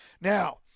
Now –